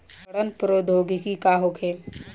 सड़न प्रधौगिकी का होखे?